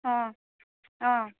অঁ অঁ